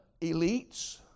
elites